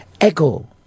echo